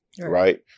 right